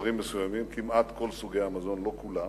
מוצרים מסוימים, כמעט כל סוגי המזון, לא כולם.